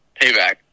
Payback